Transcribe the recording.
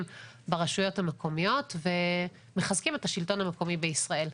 ברשויות המקומיות ומחזקים את השלטון המקומי בישראל.